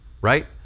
Right